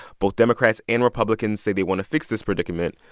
both democrats and republicans say they want to fix this predicament,